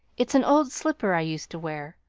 it's an old slipper i used to wear.